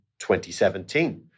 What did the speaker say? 2017